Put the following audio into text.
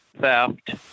theft